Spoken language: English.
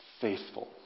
faithful